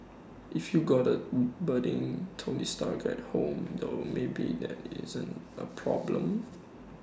if you got A budding tony stark at home though maybe that isn't A problem